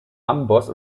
amboss